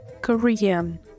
Korean